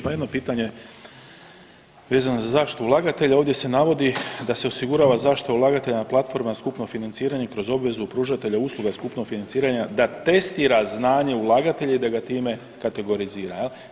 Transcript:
Pa jedno pitanje vezano za zaštitu ulagatelja, ovdje se navodi da se osigurava zaštita ulagatelja na platforma skupno financiranje kroz obvezu pružatelja skupnog financiranja da testira znanje ulagatelja i da ga time kategorizira jel.